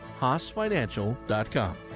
HaasFinancial.com